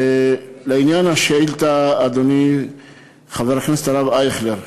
לעניין השאילתה, אדוני חבר הכנסת הרב אייכלר,